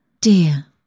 Dear